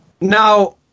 Now